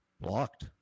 blocked